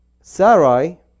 Sarai